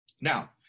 Now